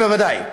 זה בוודאי,